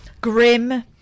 Grim